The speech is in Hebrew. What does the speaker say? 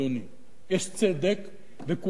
יש צדק, וכולנו חברה,